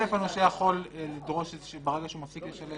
הנושה יכול לדרוש שברגע שהוא מפסיק לשלם,